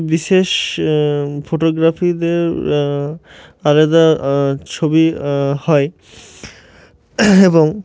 বিশেষ ফটোগ্রাফিদের আলাদা ছবি হয় এবং